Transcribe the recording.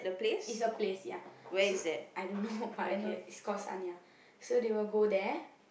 is a place ya I don't know but I know it's called Sanya so they will go there